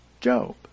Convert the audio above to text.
Job